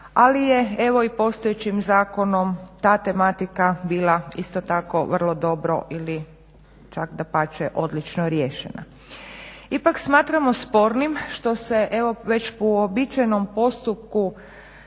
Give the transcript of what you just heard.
ali je evo i postojećim zakonom ta tematika bila isto tako vrlo dobro ili čak dapače odlično riješena. Ipak smatramo spornim što se evo već u uobičajenom postupku